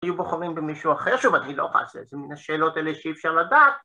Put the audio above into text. היו בוחרים במישהו אחר שוב, אני לא יכול לעשות איזה מיני שאלות אלה שאי אפשר לדעת.